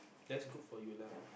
that's good for you lah